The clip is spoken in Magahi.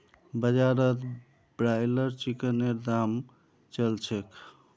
बाजारत ब्रायलर चिकनेर की दाम च ल छेक